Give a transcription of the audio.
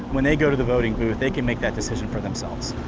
when they go to the voting booth, they can make that decision for themselves.